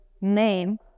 name